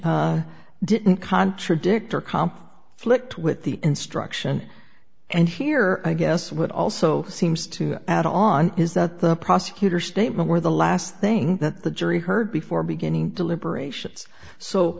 explanation didn't contradict or comp flicked with the instruction and here i guess what also seems to add on is that the prosecutor statement were the last thing that the jury heard before beginning deliberations so